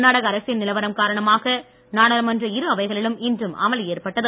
கர்நாடக அரசியல் நிலவரம் காரணமாக நாடாளுமன்ற இரு அவைகளிலும் இன்றும் அமளி ஏற்பட்டது